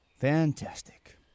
fantastic